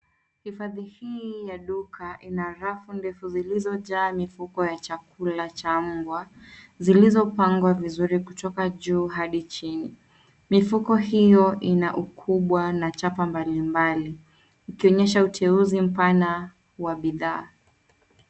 Hifadhi hii ya duka ina rafu ndefu zilizojaa mifuko ya chakula cha mbwa zilizo pangwa vizuri kutoka juu hadi chini. Mifuko hiyo ina ukubwa na chapa mbalimbali ikionyesha uteuzi mpana wa bidhaa